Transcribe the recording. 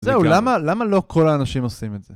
זהו, למה לא כל האנשים עושים את זה?